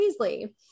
Weasley